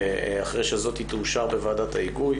אחרי שתאושר בוועדת ההיגוי.